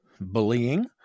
bullying